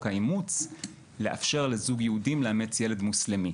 האימוץ לאפשר לזוג יהודים לאמץ ילד מוסלמי.